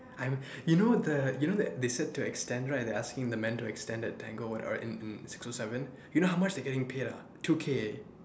I'm you know the you know the they say to extend right they asking the man to extend the Tango are in in six o seven you know how much they getting paid ah two K eh